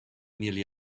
nearly